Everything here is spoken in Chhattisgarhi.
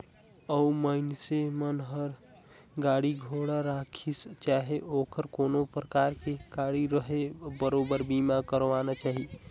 अउ मइनसे मन हर गाड़ी घोड़ा राखिसे चाहे ओहर कोनो परकार के गाड़ी रहें बरोबर बीमा करवाना चाही